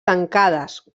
tancades